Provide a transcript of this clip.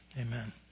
Amen